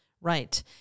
Right